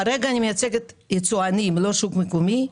כרגע אני מייצגת יצואנים, לא שוק מקומי.